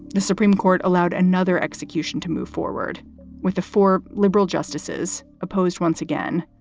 the supreme court allowed another execution to move forward with the four liberal justices opposed once again.